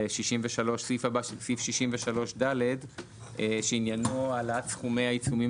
סעיף 63ד שעניינו העלאת סכומי העיצומים